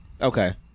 okay